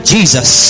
Jesus